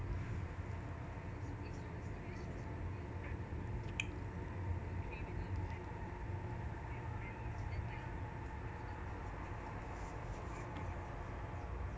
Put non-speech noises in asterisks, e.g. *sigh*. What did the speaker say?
*noise*